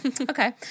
Okay